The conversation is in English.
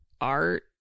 art